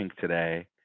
today